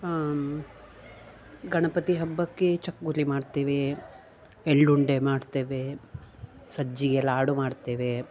ಹಾಂ ಗಣಪತಿ ಹಬ್ಬಕ್ಕೆ ಚಕ್ಕುಲಿ ಮಾಡ್ತೇವೆ ಎಳ್ಳುಂಡೆ ಮಾಡ್ತೇವೆ ಸಜ್ಜಿಗೆ ಲಾಡು ಮಾಡ್ತೇವೆ